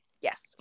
yes